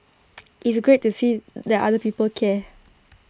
it's great to see that other people care